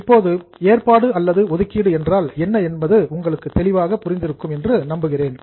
இப்போது ஏற்பாடு அல்லது ஒதுக்கீடு என்றால் என்னவென்பது உங்களுக்கு தெளிவாக புரிந்திருக்கும் என்று நம்புகிறேன்